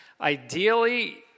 Ideally